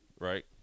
right